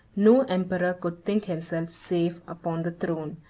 no emperor could think himself safe upon the throne,